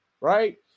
Right